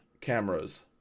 cameras